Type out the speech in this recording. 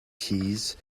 keys